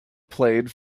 played